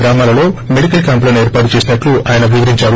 గ్రామాలలో మెడికల్ క్యాంపులను ఏర్పాటు చేసినట్లు ఆయన వివరించారు